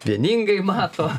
vieningai mato